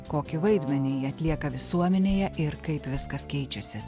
kokį vaidmenį ji atlieka visuomenėje ir kaip viskas keičiasi